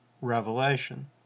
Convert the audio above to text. Revelation